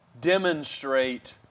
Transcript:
demonstrate